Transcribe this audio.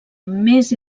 més